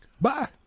Bye